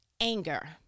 anger